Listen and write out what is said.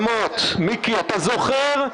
מיקי, אתה זוכר,